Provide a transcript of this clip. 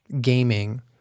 gaming